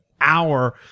hour